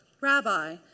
Rabbi